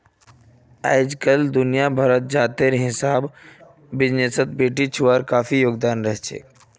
अइजकाल दुनिया भरत जातेर हिसाब बिजनेसत बेटिछुआर काफी योगदान रहछेक